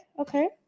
okay